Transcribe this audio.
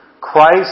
Christ